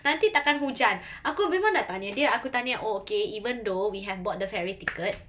nanti tak akan hujan aku memang dah tanya dia aku tanya oh okay even though we have bought the ferry ticket